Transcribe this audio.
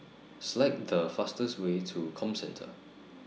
Select The fastest Way to Comcentre